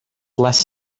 less